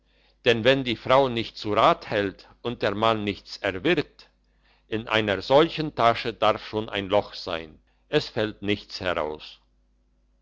denn wenn die frau nichts zu rat hält und der mann nichts erwirbt in einer solchen tasche darf schon ein loch sein es fällt nichts heraus